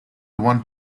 one